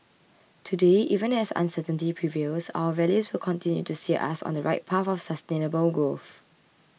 today even as uncertainty prevails our values will continue to steer us on the right path of sustainable growth